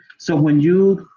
so when you,